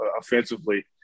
offensively